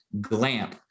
glamp